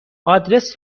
آدرس